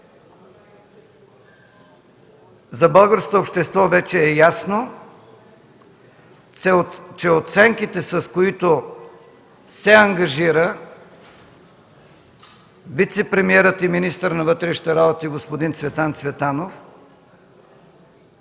За българското общество вече е ясно, че оценките, с които се ангажира вицепремиерът и министър на вътрешните работи господин Цветан Цветанов,